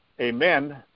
Amen